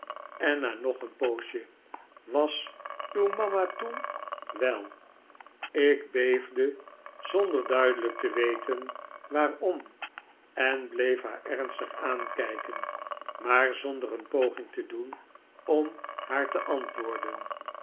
en na nog een poosje was uw mama toen wel ik beefde zonder duidelijk te weten waarom en bleef haar ernstig aankijken maar zonder een poging te doen om haar te antwoorden